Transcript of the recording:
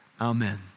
Amen